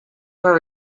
were